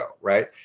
right